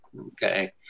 Okay